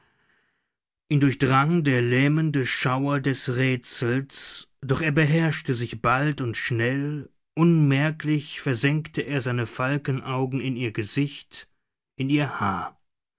ihn durchdrang der lähmende schauer des rätsels doch er beherrschte sich bald und schnell unmerklich versenkte er seine falkenaugen in ihr gesicht in ihr haar